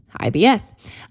IBS